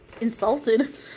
insulted